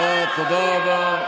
תודה רבה.